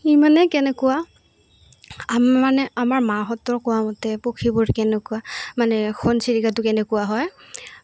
মানে কেনেকুৱা আমাৰ মানে আমাৰ মাহঁতৰ কোৱা মতে পক্ষীবোৰ কেনেকুৱা মানে ঘনচিৰিকাটো কেনেকুৱা হয়